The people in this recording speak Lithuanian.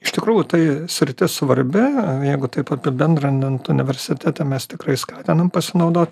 iš tikrųjų tai sritis svarbi jeigu taip apibendrinant universitete mes tikrai skatinam pasinaudo